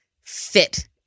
fit